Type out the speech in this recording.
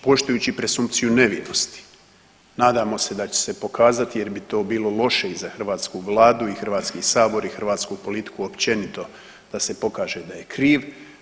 Poštujući presumpciju nevinosti nadamo se da će se pokazati jer bi to bilo loše i za hrvatsku vladu i Hrvatski sabor i hrvatsku politiku općenito da se pokaže da je kriv.